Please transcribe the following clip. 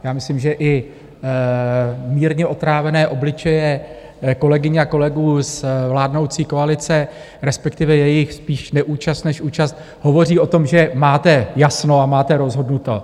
A já myslím, že i mírně otrávené obličeje kolegyň a kolegů z vládnoucí koalice, respektive jejich spíš neúčast než účast, hovoří o tom, že máte jasno a máte rozhodnuto.